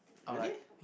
really